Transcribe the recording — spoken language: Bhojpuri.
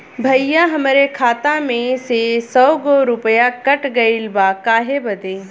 भईया हमरे खाता में से सौ गो रूपया कट गईल बा काहे बदे?